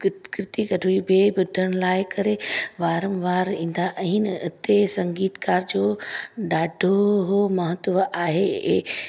किर्त कीर्ती गढवी खे ॿुधण लाइ करे वारम वार ईंदा आहिनि इते संगीतकार जो ॾाढो हो महत्व आहे